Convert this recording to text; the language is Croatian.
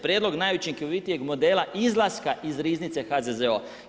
Prijedlog najučinkovitijeg modela izlaska iz Riznice HZZO-a.